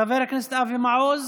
חבר הכנסת אבי מעוז,